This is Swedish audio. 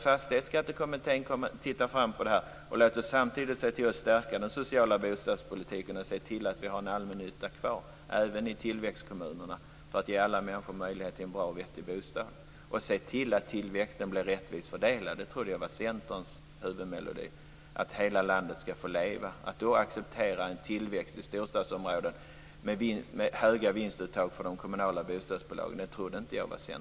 Fastighetsskattekommittén kommer att titta på det här. Låt oss samtidigt se till att den sociala bostadspolitiken stärks och att en allmännytta finns kvar även i tillväxtkommunerna, så att alla människor får möjlighet till en bra och vettig bostad. Jag trodde att Centerns huvudmelodi var att se till att tillväxten blir rättvist fördelad, att hela landet skall få leva. Däremot trodde jag inte att det var centerpolitik att acceptera en tillväxt i storstadsområden, med höga vinstuttag för de kommunala bostadsbolagen.